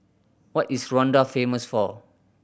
what is Rwanda famous for